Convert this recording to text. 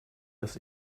dass